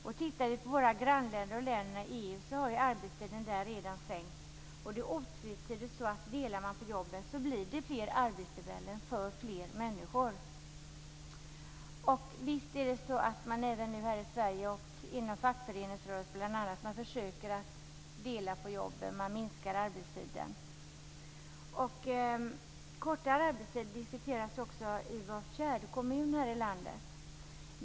Om vi ser till våra grannländer och länderna i EU har arbetstiden där redan sänkts. Det är otvetydigt så att det blir fler arbetstillfällen för fler människor om man delar på jobben. Visst försöker man dela på jobben även här i Sverige, bl.a. inom fackföreningsrörelsen. Man minskar arbetstiden. Kortare arbetstid diskuteras också i var fjärde kommun här i landet.